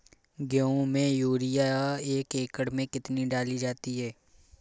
गेहूँ में यूरिया एक एकड़ में कितनी डाली जाती है?